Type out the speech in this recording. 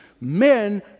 men